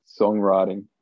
songwriting